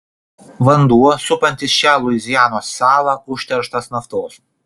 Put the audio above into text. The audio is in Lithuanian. vanduo supantis šią luizianos salą užterštas naftos